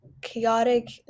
chaotic